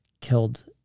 killed